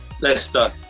Leicester